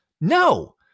no